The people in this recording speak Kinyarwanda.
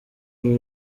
uru